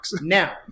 now